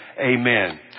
amen